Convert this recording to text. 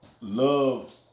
love